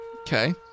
Okay